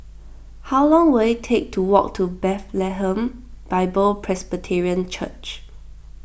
how long will it take to walk to Bethlehem Bible Presbyterian Church